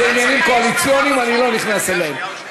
זה עניינים קואליציוניים, אני לא נכנס אליהם.